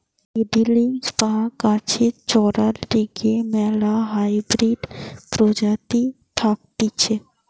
seedlings বা গাছের চরার লিগে ম্যালা হাইব্রিড প্রজাতি থাকতিছে